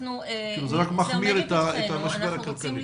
זה רק מחמיר את המשבר הכלכלי.